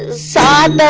sad